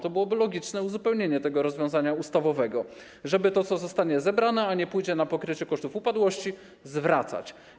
To byłoby logiczne uzupełnienie tego rozwiązania ustawowego, żeby to, co zostanie zebrane, a nie pójdzie na pokrycie kosztów upadłości, zwracać.